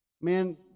man